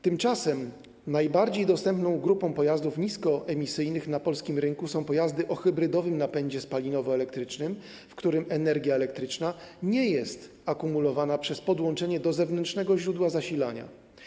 Tymczasem najbardziej dostępną grupą pojazdów niskoemisyjnych na polskim rynku są pojazdy o hybrydowym napędzie spalinowo-elektrycznym, w którym energia elektryczna nie jest akumulowana przez podłączenie do zewnętrznego źródła zasilania.